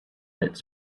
its